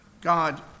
God